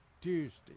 Tuesday